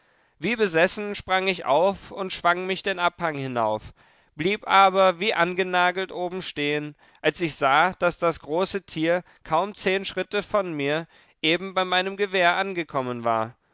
wie besessen sprang ich auf und schwang mich den abhang hinauf blieb aber wie angenagelt oben stehen als ich sah daß das große tier kaum zehn schritte von mir eben bei meinem gewehr angekommen war